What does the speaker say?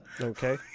Okay